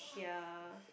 ya